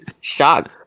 shock